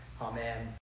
Amen